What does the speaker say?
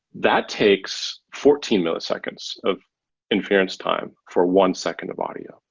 that takes fourteen milliseconds of inference time for one second of audio.